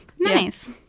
Nice